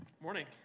Morning